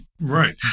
Right